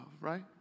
right